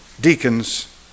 deacons